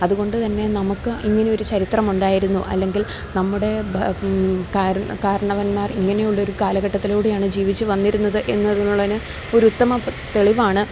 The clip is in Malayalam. അതുകൊണ്ട് തന്നെ നമുക്ക് ഇങ്ങനെ ഒരു ചരിത്രമുണ്ടായിരുന്നു അല്ലെങ്കിൽ നമ്മുടെ കാരണ കർണവന്മാർ ഇങ്ങനെയുള്ള ഒരു കാലഘട്ടത്തിലൂടെയാണ് ജീവിച്ച് വന്നിരുന്നത് എന്നതതിനുള്ളന് ഒരു ഉത്തമ തെളിവാണ്